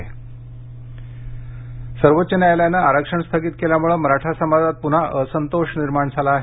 मराठा आरक्षण धळे सर्वोच्च न्यायालयानं आरक्षण स्थगित केल्यामुळे मराठा समाजात पुन्हा असंतोष निर्माण झाला आहे